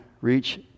reach